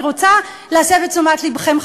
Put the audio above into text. אני רוצה להסב את תשומת לבכם,